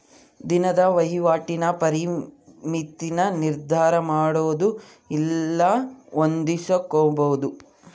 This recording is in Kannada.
ದಿನದ ವಹಿವಾಟಿನ ಪರಿಮಿತಿನ ನಿರ್ಧರಮಾಡೊದು ಇಲ್ಲ ಹೊಂದಿಸ್ಕೊಂಬದು